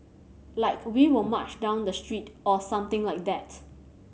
like we will march down the street or something like that